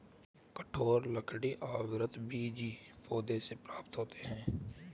कठोर लकड़ी आवृतबीजी पौधों से प्राप्त होते हैं